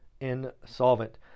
insolvent